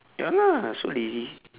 ya lah so lazy